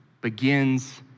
begins